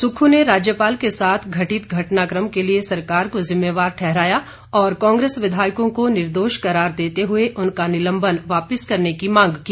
सुक्खू ने राज्यपाल के साथ घटित घटनाक्रम के लिए सरकार को जिम्मेवार ठहराया और कांग्रेस विधायकों को निर्दोष करार देते हुए उनका निलंबन वापिस करने की मांग की